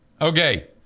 Okay